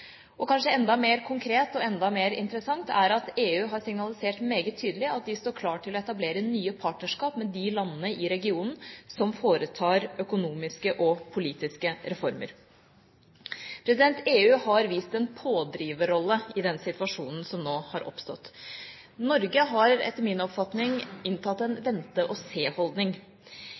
Kanskje enda mer konkret og enda mer interessant er det at EU har signalisert meget tydelig at de står klar til å etablere nye partnerskap med de landene i regionen som foretar økonomiske og politiske reformer. EU har vist en pådriverrolle i den situasjonen som nå har oppstått. Norge har etter min oppfatning inntatt en